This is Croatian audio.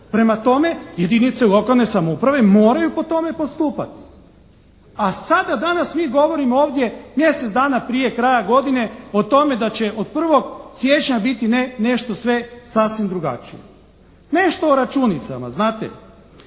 Prema tome, jedinice lokalne samouprave moraju po tome postupati, a sada danas mi govorimo ovdje mjesec dana prije kraja godine o tome da će od 1. siječnja biti nešto sve sasvim drugačije. Nešto o računicama znate?